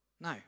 No